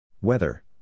Weather